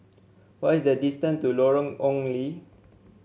what is the distance to Lorong Ong Lye